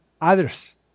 others